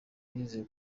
yizeye